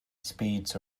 speeds